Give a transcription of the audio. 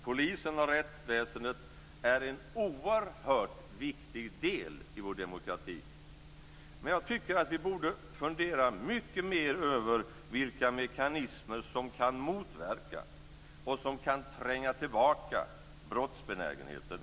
Polisen och rättsväsendet är en oerhört viktig del i vår demokrati. Men jag tycker att vi borde fundera mycket mer över vilka mekanismer som kan motverka och som kan tränga tillbaka brottsbenägenheten.